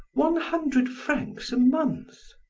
one hundred francs a month.